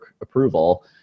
approval